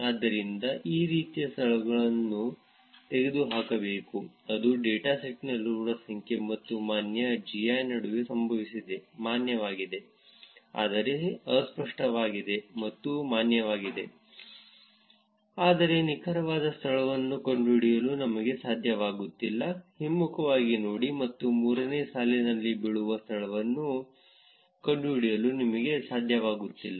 ಆದ್ದರಿಂದ ಈ ರೀತಿಯ ಸ್ಥಳಗಳನ್ನು ತೆಗೆದುಹಾಕಬೇಕು ಅದು ಡೇಟಾಸೆಟ್ನಲ್ಲಿನ ಸಂಖ್ಯೆ ಮತ್ತು ಮಾನ್ಯ GI ನಡುವೆ ಸಂಭವಿಸಿದೆ ಮಾನ್ಯವಾಗಿದೆ ಆದರೆ ಅಸ್ಪಷ್ಟವಾಗಿದೆ ಅದು ಮಾನ್ಯವಾಗಿದೆ ಆದರೆ ನಿಖರವಾದ ಸ್ಥಳವನ್ನು ಕಂಡುಹಿಡಿಯಲು ನಮಗೆ ಸಾಧ್ಯವಾಗುತ್ತಿಲ್ಲ ಹಿಮ್ಮುಖವಾಗಿ ನೋಡಿ ಮತ್ತು ಮೂರನೇ ಸಾಲಿನಲ್ಲಿ ಬೀಳುವ ಸ್ಥಳವನ್ನು ಕಂಡುಹಿಡಿಯಲು ನಮಗೆ ಸಾಧ್ಯವಾಗುತ್ತಿಲ್ಲ